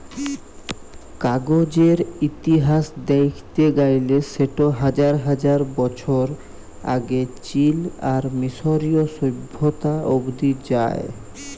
কাগজের ইতিহাস দ্যাখতে গ্যালে সেট হাজার হাজার বছর আগে চীল আর মিশরীয় সভ্যতা অব্দি যায়